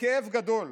בכאב גדול: